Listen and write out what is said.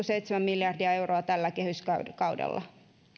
seitsemän miljardia euroa tällä kehyskaudella